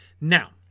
Now